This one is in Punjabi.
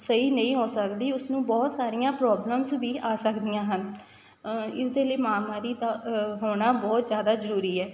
ਸਹੀ ਨਹੀਂ ਹੋ ਸਕਦੀ ਉਸਨੂੰ ਬਹੁਤ ਸਾਰੀਆਂ ਪ੍ਰੋਬਲਮਜ਼ ਵੀ ਆ ਸਕਦੀਆਂ ਹਨ ਇਸਦੇ ਲਈ ਮਹਾਂਮਾਰੀ ਦਾ ਹੋਣਾ ਬਹੁਤ ਜ਼ਿਆਦਾ ਜ਼ਰੂਰੀ ਹੈ